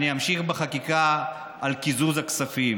אני אמשיך בחקיקה לקיזוז הכספים.